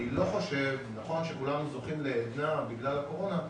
נכון שכולנו זוכים לעדנה בגלל הקורונה,